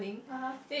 (uh huh)